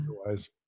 otherwise